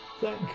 Thank